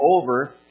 over